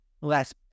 less